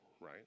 right